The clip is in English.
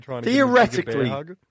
Theoretically